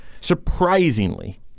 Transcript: surprisingly